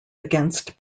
against